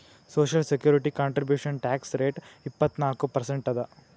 social security contribution tax rate ಇಪ್ಪತ್ನಾಲ್ಕು percent ಅದ